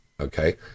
okay